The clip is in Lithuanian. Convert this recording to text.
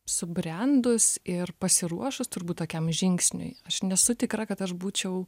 subrendus ir pasiruošus turbūt tokiam žingsniui aš nesu tikra kad aš būčiau